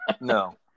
no